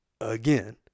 again